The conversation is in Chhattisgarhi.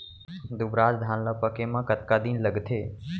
दुबराज धान ला पके मा कतका दिन लगथे?